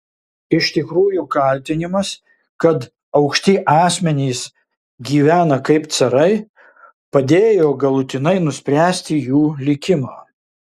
iš tikrųjų kaltinimas kad aukšti asmenys gyvena kaip carai padėjo galutinai nuspręsti jų likimą